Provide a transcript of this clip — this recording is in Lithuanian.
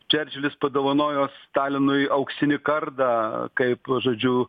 čerčilis padovanojo stalinui auksinį kardą kaip žodžiu